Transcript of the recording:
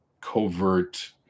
covert